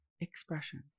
expression